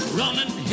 running